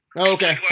okay